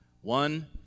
one